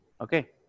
Okay